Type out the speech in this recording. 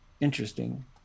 Interesting